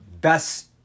best